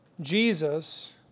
Jesus